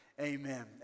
Amen